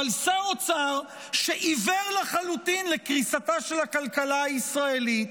אבל שר אוצר שעיוור לחלוטין לקריסתה של הכלכלה הישראלית,